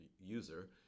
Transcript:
user